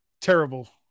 terrible